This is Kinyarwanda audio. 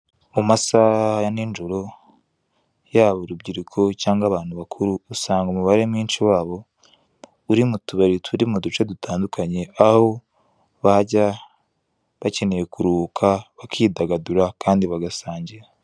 Mu masaha ya ninjoro, yaba urubyiruko cyangwa abantu bakuru, usangana umubare mwinci wabo, uri mu tubari turi mu duce dutandukanye, aho bajya bakeneye kuruhuka, bakidagadura, kandi bagasangira.